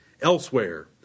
elsewhere